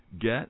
get